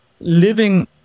living